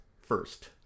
first